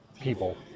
people